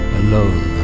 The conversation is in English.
alone